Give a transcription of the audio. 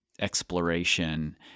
exploration